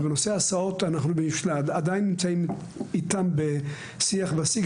אבל בנושא ההסעות אנחנו עדיין נמצאים איתם בשיג ושיח.